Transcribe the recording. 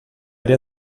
àrea